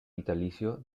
vitalicio